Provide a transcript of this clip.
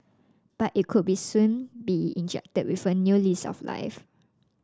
but it could be soon be injected with a new lease of life